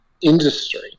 industry